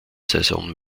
saison